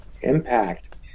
impact